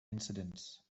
incidents